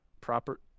proper